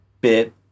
bit